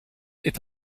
est